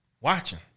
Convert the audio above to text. watching